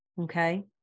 Okay